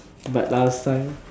but last time